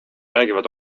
räägivad